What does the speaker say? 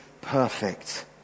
perfect